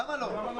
למה לא?